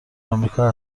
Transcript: آمریکا